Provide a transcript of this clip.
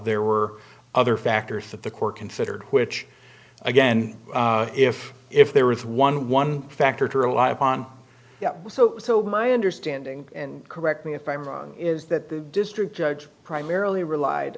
there were other factors that the court considered which again if if there was one one factor to rely upon my understanding and correct me if i'm wrong is that the district judge primarily relied